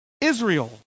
Israel